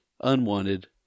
unwanted